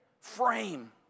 frame